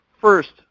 first